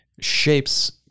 shapes